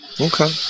okay